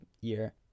year